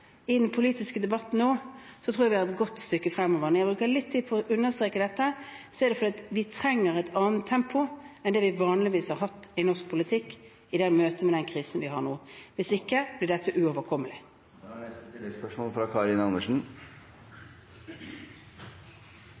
i den politiske debatten nå, tror jeg vi kommer et godt stykke fremover. Når jeg bruker litt tid på å understreke dette, er det fordi vi trenger et annet tempo enn det vi vanligvis har hatt i norsk politikk, i møte med den krisen vi har nå. Hvis ikke blir dette uoverkommelig.